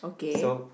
so